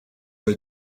the